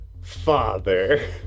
father